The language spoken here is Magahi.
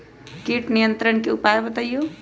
किट नियंत्रण के उपाय बतइयो?